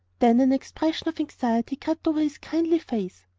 then an expression of anxiety crept over his kindly face.